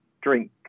drink